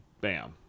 bam